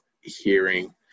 hearing